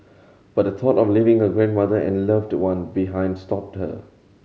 but the thought of leaving her grandmother and loved one behind stopped her